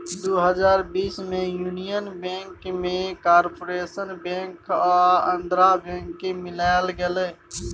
दु हजार बीस मे युनियन बैंक मे कारपोरेशन बैंक आ आंध्रा बैंक केँ मिलाएल गेलै